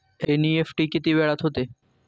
NEFT किती वेळात होते?